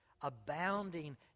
abounding